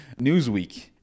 Newsweek